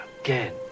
again